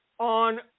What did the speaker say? on